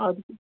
اَدٕ کیٛاہ